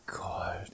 god